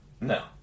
No